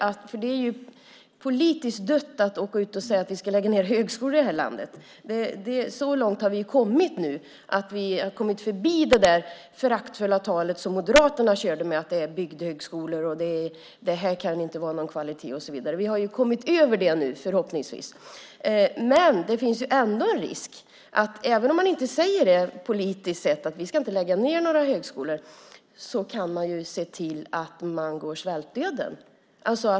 Det är ju politiskt dött att åka ut och säga att vi ska lägga ned högskolor här i landet. Vi har kommit så långt att vi är förbi det föraktfulla talet som Moderaterna körde med om bygdehögskolor, dålig kvalitet och så vidare. Men det finns ändå en risk. Även om man från politiskt håll säger att man inte ska lägga ned högskolor kan man ju se till att de går svältdöden till mötes.